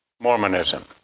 Mormonism